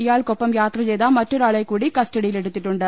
ഇയാൾക്കൊപ്പം യാത്രചെയ്ത മറ്റൊ രാളെ കൂടി കസ്റ്റഡിയിൽ എടുത്തിട്ടുണ്ട്